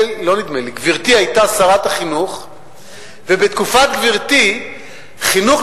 גברתי היתה שרת החינוך ובתקופת גברתי חינוך